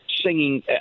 singing